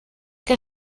que